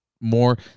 more